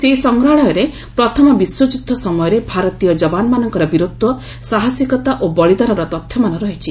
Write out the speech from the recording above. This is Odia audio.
ସେହି ସଂଗ୍ରହାଳୟରେ ପ୍ରଥମ ବିଶ୍ୱଯୁଦ୍ଧ ସମୟରେ ଭାରତୀୟ ଯବାନମାନଙ୍କର ବୀରତ୍ୱ ସାହସିକତା ଓ ବଳିଦାନର ତଥ୍ୟମାନ ରହିଛି